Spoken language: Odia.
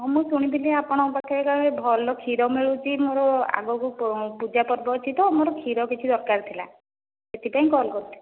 ହଁ ମୁଁ ଶୁଣିଥିଲି ଆପଣଙ୍କ ପାଖରେ ଭଲ କ୍ଷୀର ମିଳୁଛି ମୋର ଆଗକୁ ପୂଜା ପର୍ବ ଅଛି ତ ମୋର କ୍ଷୀର କିଛି ଦରକାର ଥିଲା ସେଥିପାଇଁ କଲ୍ କରିଥିଲି